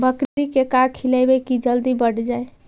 बकरी के का खिलैबै कि जल्दी बढ़ जाए?